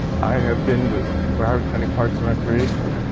i have been with broward county parks and recreation,